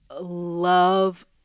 love